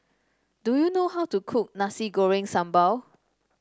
do you know how to cook Nasi Goreng Sambal